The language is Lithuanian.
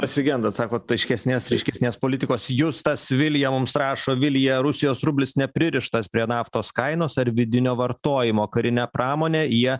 pasigendat sakot aiškesnės ryškesnės politikos justas vilija mums rašo vilija rusijos rublis nepririštas prie naftos kainos ar vidinio vartojimo karinę pramonę jie